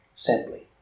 simply